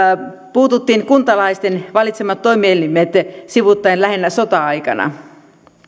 puututtiin kuntalaisten valitsemat toimielimet sivuuttaen lähinnä sota aikana